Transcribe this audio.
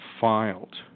filed